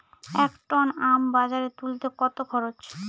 এক টন আম বাজারে তুলতে কত খরচ?